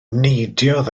neidiodd